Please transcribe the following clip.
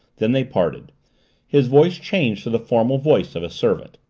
then they parted his voice changed to the formal voice of a servant.